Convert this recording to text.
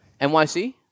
NYC